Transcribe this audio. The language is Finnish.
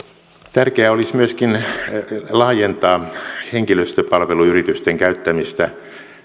tärkeää olisi myöskin laajentaa henkilöstöpalveluyritysten käyttämistä